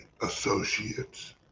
associates